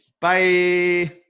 Bye